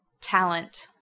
Talent